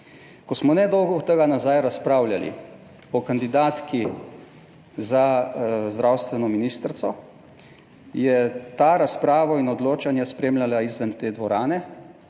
Ko smo nedolgo tega nazaj razpravljali o kandidatki za zdravstveno ministrico, je ta razpravo in odločanje spremljala izven te dvorane